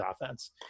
offense